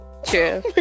True